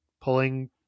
pulling